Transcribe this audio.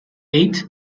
eight